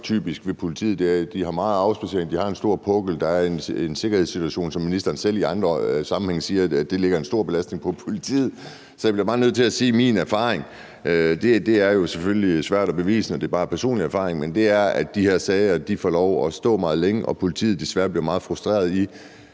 det, man typisk hører; det er, at de har meget afspadsering, at de har en stor pukkel, og at der er en sikkerhedssituation, som ministeren selv i andre sammenhænge siger lægger en stor belastning på politiet. Så jeg bliver bare nødt til at sige, at min erfaring – og det er selvfølgelig svært at bevise, når der bare er tale om personlig erfaring – er, at de her sager får lov at stå meget længe, og at politiet desværre bliver meget frustreret,